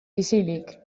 isilik